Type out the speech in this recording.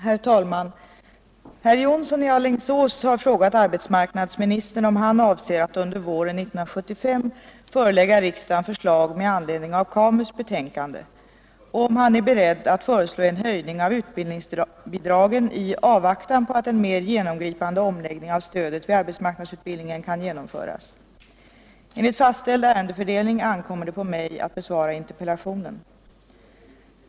Herr talman! Herr Jonsson i Alingsås har frågat arbetsmarknadsministern om han avser att under våren 1975 förelägga riksdagen förslag med anledning av KAMU:s betänkande och om han är beredd att föreslå en höjning av utbildningsbidragen i avvaktan på att en mer genomgripande omläggning av stödet vid arbetsmarknadsutbildning kan genomföras. Enligt fastställd ärendefördelning ankommer det på mig att besvara interpellationen.